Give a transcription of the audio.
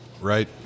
Right